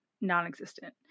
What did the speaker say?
non-existent